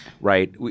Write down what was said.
right